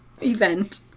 event